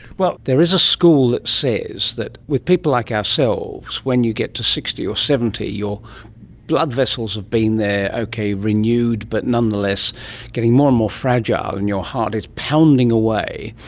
well, there is a school that says that with people like ourselves, when you get to sixty or seventy your blood vessels have been there, okay renewed but nonetheless getting more and more fragile, and your heart is pounding away.